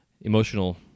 emotional